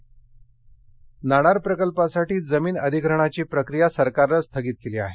विधान सभा नाणार प्रकल्पासाठी जमीन अधिग्रहणाची प्रक्रिया सरकारनं स्थगित केली आहे